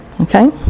Okay